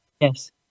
Yes